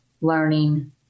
learning